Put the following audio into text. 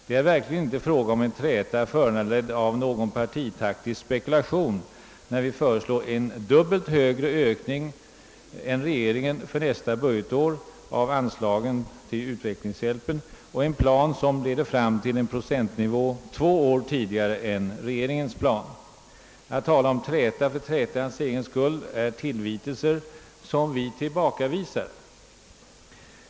Det är verkligen inte fråga om en träta föranledd av någon partipolitisk spekulation när vi för nästa budgetår föreslår en dubbelt så stor ökning av anslaget till utvecklingshjälpen som regeringen föreslår och en plan som leder fram till enprocentsnivån två år tidigare än regeringens plan. Att tala om träta för trätans egen skull är tillvitelser, som vi tillbakavisar.